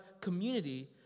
community